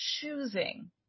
choosing